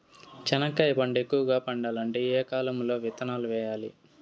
చెనక్కాయ పంట ఎక్కువగా పండాలంటే ఏ కాలము లో విత్తనాలు వేయాలి?